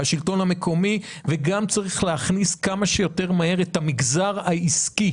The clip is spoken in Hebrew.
השלטון המקומי וגם צריך להכניס כמה שיותר מהר את המגזר העסקי